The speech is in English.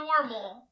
normal